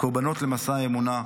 קורבנות למסע האמונה,